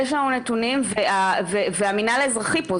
יש לנו נתונים והמינהל האזרחי כאן.